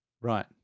Right